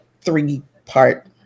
three-part